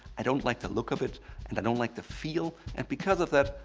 i don't like the look of it and i don't like the feel and because of that,